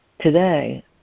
Today